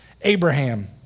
Abraham